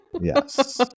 yes